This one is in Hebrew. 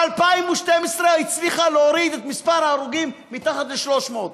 ב-2012 הצליחה להוריד את מספר ההרוגים אל מתחת ל-300.